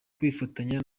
kwifatanya